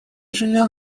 живем